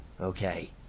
Okay